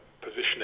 positioning